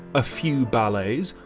a few ballets,